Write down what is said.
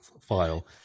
file